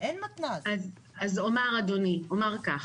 אומר כך,